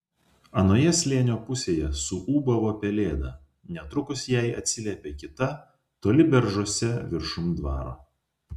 anoje slėnio pusėje suūbavo pelėda netrukus jai atsiliepė kita toli beržuose viršum dvaro